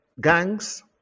gangs